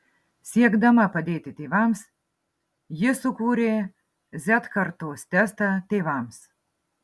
siekdama padėti tėvams ji sukūrė z kartos testą tėvams